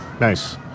Nice